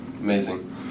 amazing